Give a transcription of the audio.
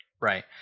Right